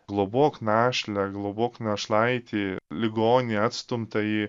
globok našlę globok našlaitį ligonį atstumtąjį